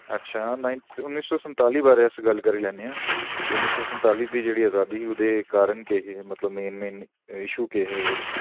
अच्छा उन्नी सौ संताली दे बारे च गल्ल करी लैन्ने आं कि उन्नी सौ संताली दी जेह्ड़ी अजादी ऐ ओह्दे कारण केह् केह् हे मतलब मेन मेन ईशू केह् हे ओह्दे